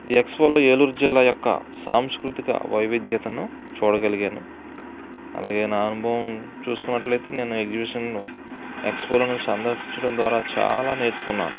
ఈ ఎక్స్పోలో ఏలూరు జిల్లా యొక్క సాంస్కృతిక వైవిధ్యతను చూడగలిగాను అలాగే నా అనుభవం చూసుకున్నట్లయితే నేను ఎక్సిబిషన్ ఎక్స్పోలను సందర్శించడం ద్వారా చాలా నేర్చుకున్నాను